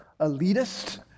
elitist